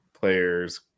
players